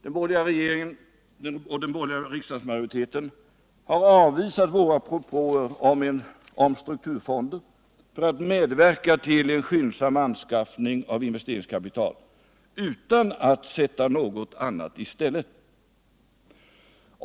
Den borgerliga regeringen och den borgerliga riksdagsmajoriteten har avvisat våra propåer om strukturfonder, för att medverka till en skyndsam anskaffning av investeringskapital, utan att sätta något annat i stället.